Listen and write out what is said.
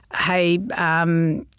hey